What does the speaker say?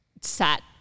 sat